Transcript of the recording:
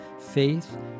Faith